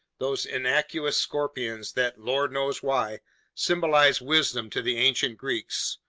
those inachus scorpions that lord knows why symbolized wisdom to the ancient greeks,